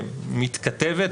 שמתכתבת,